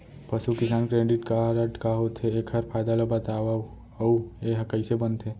पसु किसान credit card का होथे, एखर फायदा ला बतावव अऊ एहा कइसे बनथे?